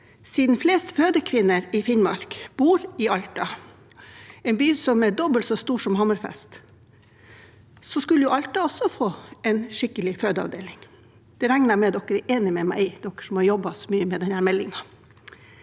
Siden flest fødekvinner i Finnmark bor i Alta, en by som er dobbelt så stor som Hammerfest, skulle også Alta ha fått en skikkelig fødeavdeling. Det regner jeg med at de som har jobbet mye med denne meldingen,